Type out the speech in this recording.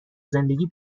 زندگی